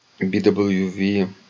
BWV